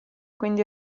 quindi